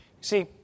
see